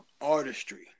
artistry